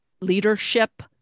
leadership